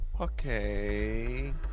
Okay